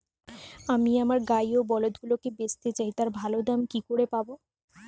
আমি আমার গাই ও বলদগুলিকে বেঁচতে চাই, তার ভালো দাম কি করে পাবো?